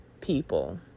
people